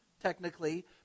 technically